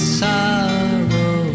sorrow